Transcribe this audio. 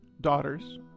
Daughters